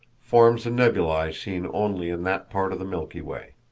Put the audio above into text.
forms the nebulae seen only in that part of the milky way.